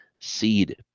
seed